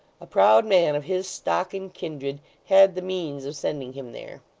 a proud man of his stock and kindred had the means of sending him there.